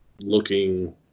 looking